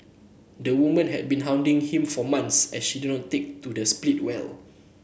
the woman had been hounding him for months as she did not take their split well